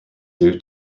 due